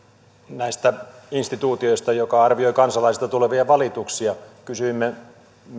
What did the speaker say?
näistä instituutioista jotka arvioivat kansalaisilta tulevia valituksia kysyimme